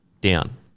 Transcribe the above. down